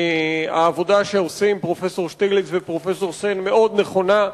העבודה שעושים פרופסור שטיגליץ ופרופסור סן מאוד נכונה,